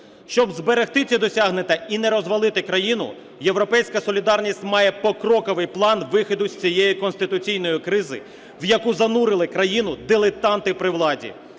Щоб зберегти ці досягнення і не розвалити країну, "Європейська солідарність" має покроковий план виходу із цієї конституційної кризи, в яку занурили країну дилетанти при владі.